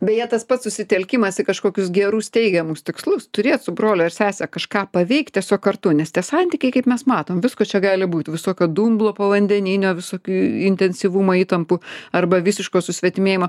beje tas pats susitelkimas į kažkokius gerus teigiamus tikslus turėt su broliu ar sese kažką paveikt tiesiog kartu nes tie santykiai kaip mes matom visko čia gali būt visokio dumblo povandeninio visokių intensyvumo įtampų arba visiško susvetimėjimo